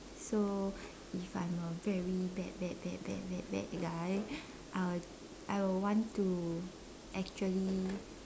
so if I'm a very bad bad bad bad bad guy I would I would want to actually